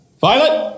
Violet